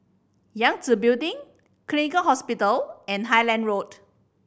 Yangtze Building Gleneagles Hospital and Highland Road